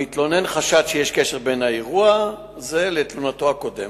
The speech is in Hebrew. המתלונן חשד שיש קשר בין אירוע זה לתלונתו הקודמת.